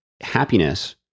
happiness